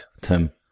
Tim